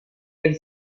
elle